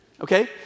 Okay